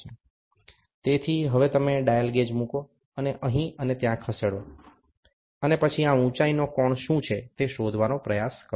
તેથી હવે તમે ડાયલ ગેજ મૂકો તેને અહીં અને ત્યાં ખસેડો અને પછી આ ઉચાઇનો કોણ શું છે તે શોધવાનો પ્રયાસ કરો